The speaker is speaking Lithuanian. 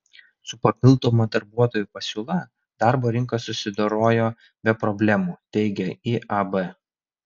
su papildoma darbuotojų pasiūla darbo rinka susidorojo be problemų teigia iab